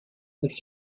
this